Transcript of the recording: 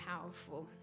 powerful